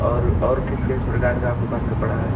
और और किस किस प्रकार के आपके पास कपड़ा है